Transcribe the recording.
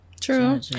True